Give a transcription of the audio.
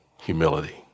humility